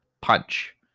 Punch